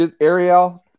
Ariel